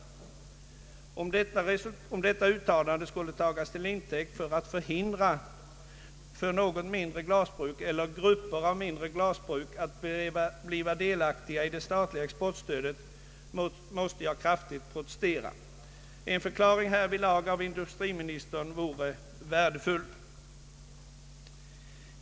Om detta uttalande skulle tagas till intäkt för att man vill hindra något mindre glasbruk eller grupper av mindre glasbruk från att bli delaktiga i det statliga exportstödet måste jag kraftigt protestera. En förklaring av industriministern i detta sammanhang vore värdefull.